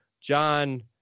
John